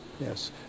yes